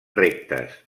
rectes